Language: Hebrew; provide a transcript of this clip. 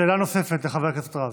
שאלה נוספת לחבר הכנסת רז.